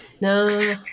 No